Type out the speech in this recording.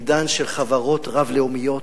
עידן של חברות רב-לאומיות,